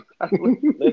Listen